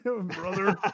brother